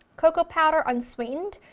cocoa powder, unsweetened,